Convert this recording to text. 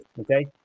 okay